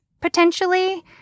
potentially